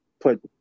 put